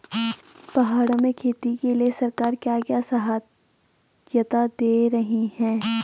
पहाड़ों में खेती के लिए केंद्र सरकार क्या क्या सहायता दें रही है?